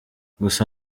gusa